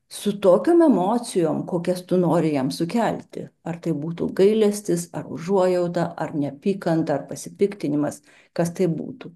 su tokiom emocijom kokias tu nori jam sukelti ar tai būtų gailestis ar užuojauta ar neapykanta ar pasipiktinimas kas tai būtų